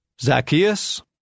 Zacchaeus